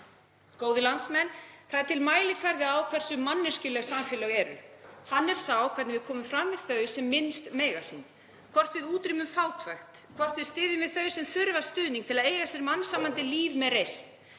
Góðir landsmenn. Það er til mælikvarði á hversu manneskjuleg samfélög eru. Hann er sá hvernig við komum fram við þau sem minnst mega sín, hvort við útrýmum fátækt, hvort við styðjum við þau sem þurfa stuðning til að eiga sér mannsæmandi líf með reisn,